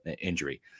injury